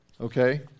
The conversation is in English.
Okay